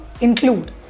include